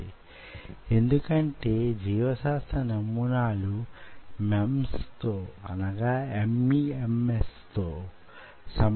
కానీ ఇది అంత సులభసాధ్యమైన సాంకేతిక పరిజ్ఞానం కాదని మీరు గ్రహించాలి